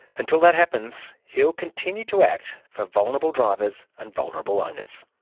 until that happens he'll continue to act for vulnerable drivers and vulnerable owners.